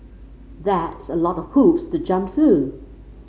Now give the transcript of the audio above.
that's a lot of hoops to jump through